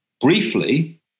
briefly